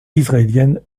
israélienne